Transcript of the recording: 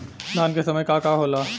धान के समय का का होला?